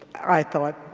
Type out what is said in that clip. i thought,